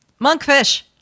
Monkfish